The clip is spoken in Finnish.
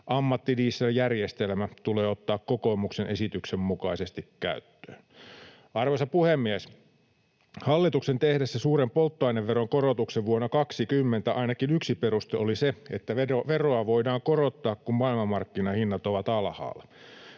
Ammattidieseljärjestelmä tulee ottaa kokoomuksen esityksen mukaisesti käyttöön. Arvoisa puhemies! Hallituksen tehdessä suuren polttoaineveron korotuksen vuonna 20 ainakin yksi peruste oli se, että veroa voidaan korottaa, kun maailmanmarkkinahinnat ovat alhaalla.